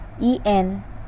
En